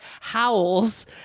howls